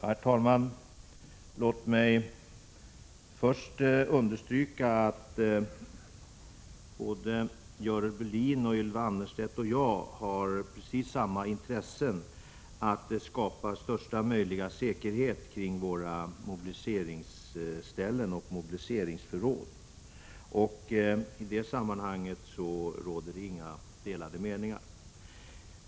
Herr talman! Låt mig först understryka att Görel Bohlin, Ylva Annerstedt och jag har precis samma intresse — att skapa största möjliga säkerhet kring våra mobiliseringsställen och mobiliseringsförråd. I det sammanhanget råder inga delade meningar.